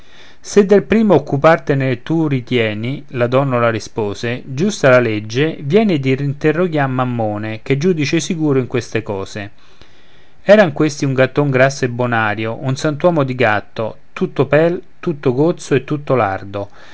se del primo occupante tu ritieni la donnola rispose giusta la legge vieni e interroghiam mammone ch'è giudice sicuro in queste cose era questi un gatton grasso e bonario un sant'uomo di gatto tutto pel tutto gozzo e tutto lardo